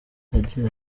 yagize